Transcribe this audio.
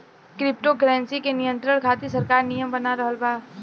crypto currency के नियंत्रण खातिर सरकार नियम बना रहल बा